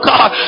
God